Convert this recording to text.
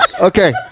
Okay